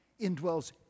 indwells